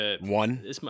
One